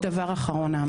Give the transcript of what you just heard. דבר אחרון, נעמה.